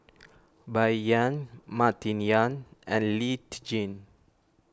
Bai Yan Martin Yan and Lee Tjin